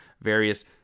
various